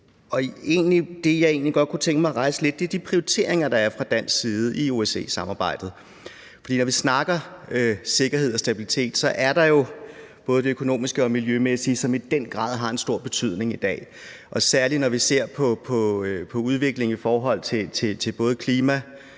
egentlig godt kunne tænke mig at rejse, er de prioriteringer, der er fra dansk side i OSCE-samarbejdet. Når vi snakker sikkerhed og stabilitet, er der jo både det økonomiske og det miljømæssige, som i den grad har en stor betydning i dag. Særlig når vi ser på udviklingen i forhold til klima,